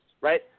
right